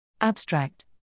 Abstract